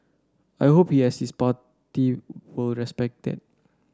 I hope he and his party will respect that